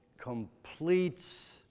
completes